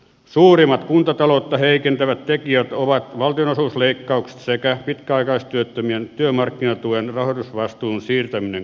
suurimmat kuntataloutta heikentävät tekijät ovat valtionosuusleikkaukset sekä pitkäaikaistyöttömien työmarkkinatuen rahoitusvastuun siirtäminen kunnille